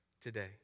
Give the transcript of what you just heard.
today